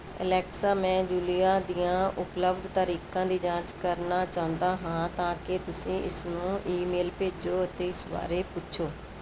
Alexa ਮੈਂ Julia ਦੀਆਂ ਉਪਲਬਧ ਤਾਰੀਖਾਂ ਦੀ ਜਾਂਚ ਕਰਨਾ ਚਾਹੁੰਦਾ ਹਾਂ ਤਾਂ ਕਿ ਤੁਸੀਂ ਇਸ ਨੂੰ ਈਮੇਲ ਭੇਜੋ ਅਤੇ ਇਸ ਬਾਰੇ ਪੁੱਛੋ